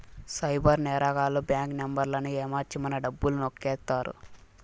cyber నేరగాళ్లు bank నెంబర్లను ఏమర్చి మన డబ్బులు నొక్కేత్తారు